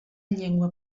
llengua